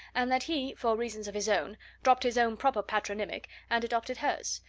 and that he, for reasons of his own, dropped his own proper patronymic and adopted hers.